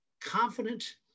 confident